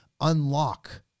unlock